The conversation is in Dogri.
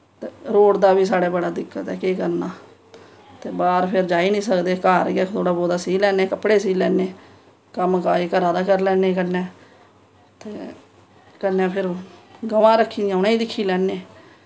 ते रोड दा बी साढ़े बड़ा दिक्कत ऐ केह् करना ते बाह्र फिर जाई निं सकदे घर गै थोह्ड़ा बहोता सीऽ लैन्ने कपड़े कम्म काज घरा दा करी लैन्ने ते कन्नै फिर गवांऽ रक्खी दियां उ'नें ई दिक्खी लैन्ने